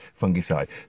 fungicide